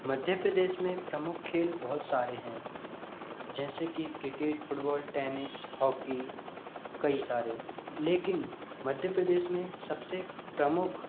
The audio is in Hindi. मध्य प्रदेश में प्रमुख खेल बहुत सारे हैं जैसे कि क्रिकेट फुटबॉल टैनिस हॉकी कई सारे लेकिन मध्य प्रदेश में सबसे प्रमुख